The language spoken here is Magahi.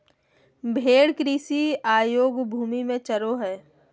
भेड़ कृषि अयोग्य भूमि में चरो हइ